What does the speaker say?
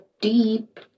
deep